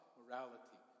morality